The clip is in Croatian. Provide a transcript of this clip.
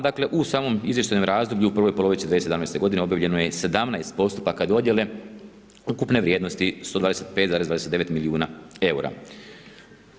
Dakle, u samom izvještajnom razdoblju u prvoj polovici 2017.g. obavljeno je 17 postupaka dodijele ukupne vrijednosti 125,29 milijuna EUR-a.